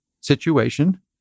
situation